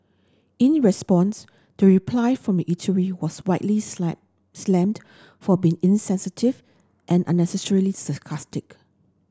in response the reply from the eatery was widely slam slammed for being insensitive and unnecessarily sarcastic